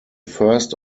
first